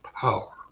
Power